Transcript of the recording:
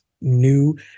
new